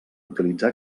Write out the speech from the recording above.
utilitzar